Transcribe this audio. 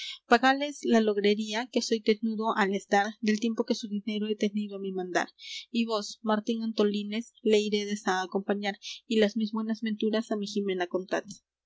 pagáles la logrería que soy tenudo á les dar del tiempo que su dinero he tenido á mi mandar y vos martín antolínez le iredes á acompañar y las mis buenas venturas á mi jimena contad